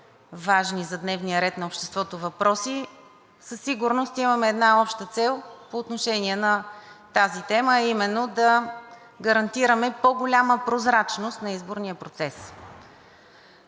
важни за дневния ред на обществото въпроси, със сигурност имаме една обща цел по отношение на тази тема, а именно да гарантираме по-голяма прозрачност на изборния процес.